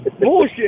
bullshit